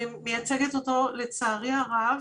אני מייצגת אותו, לצערי הרב,